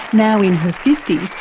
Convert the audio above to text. now in her fifty s,